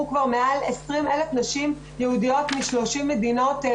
כבר מעל 20,000 נשים יהודיות מ-30 מדינות.